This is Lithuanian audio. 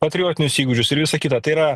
patriotinius įgūdžius ir visa kita tai yra